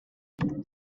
rydyn